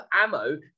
ammo